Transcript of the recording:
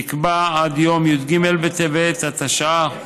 נקבע עד יום י"ג בטבת התשע"ח,